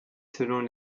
selon